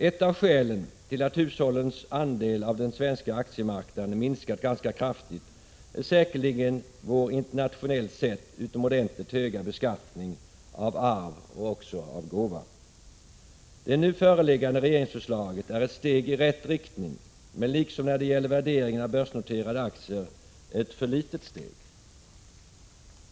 Ett av skälen till att hushållens andel av den svenska aktiemarknaden har minskat ganska kraftigt är säkerligen vår internationellt sett utomordentligt höga beskattning av arv och också av gåva. Det nu föreliggande regerings förslaget är ett steg i rätt riktning men — liksom när det gällde värderingen av börsnoterade aktier — ett för litet steg.